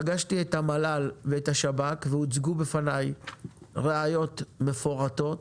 פגשתי את המל"ל ואת השב"כ והוצגו בפני ראיות מפורטות